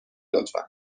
لطفا